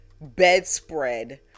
bedspread